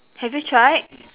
have you tried